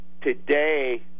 today